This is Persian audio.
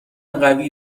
قوی